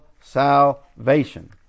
salvation